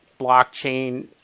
blockchain